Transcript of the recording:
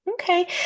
Okay